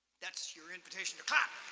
that's your invitation to clap!